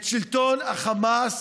את שלטון החמאס